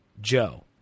Joe